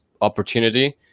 opportunity